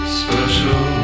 special